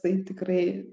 tai tikrai